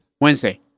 Wednesday